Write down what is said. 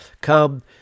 come